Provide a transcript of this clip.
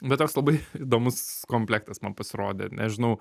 bet toks labai įdomus komplektas man pasirodė nežinau